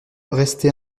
rester